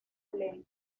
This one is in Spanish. ley